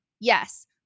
yes